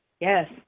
Yes